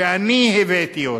שאני הבאתי אותה,